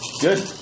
Good